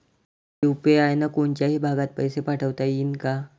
UPI न कोनच्याही भागात पैसे पाठवता येईन का?